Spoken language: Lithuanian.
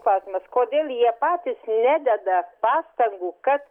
klausimas kodėl jie patys nededa pastangų kad